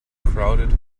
crowded